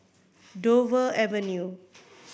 Dover Avenue